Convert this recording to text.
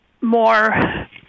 more